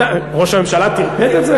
ראש הממשלה טרפד את זה?